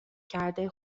کرده